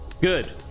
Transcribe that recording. good